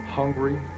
hungry